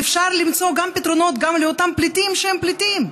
אפשר למצוא פתרונות גם לאותם פליטים שהם פליטים.